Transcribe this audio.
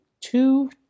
two